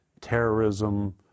terrorism